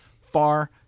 far